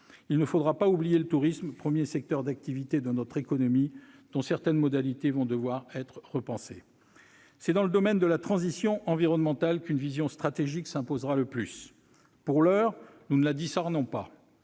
Il ne faudra pas oublier le tourisme, premier secteur d'activité de notre économie, dont certaines modalités devront être repensées. C'est dans le domaine de la transition environnementale que l'on a le plus besoin d'une vision stratégique. Pour l'heure, nous ne la discernons pas